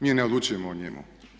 Mi ne odlučujemo o njemu.